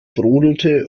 brodelte